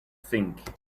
think